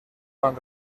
van